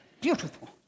beautiful